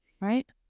right